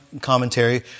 commentary